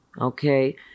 okay